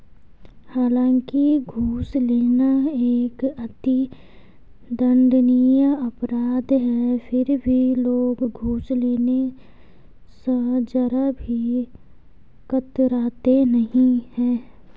हालांकि घूस लेना एक अति दंडनीय अपराध है फिर भी लोग घूस लेने स जरा भी कतराते नहीं है